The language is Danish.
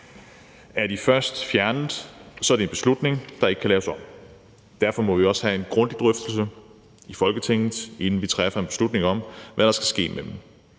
Er de først fjernet, er det en beslutning, der ikke kan laves om. Derfor må vi også have en grundig drøftelse i Folketinget, inden vi træffer en beslutning om, hvad der skal ske med dem.